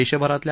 देशभरातल्या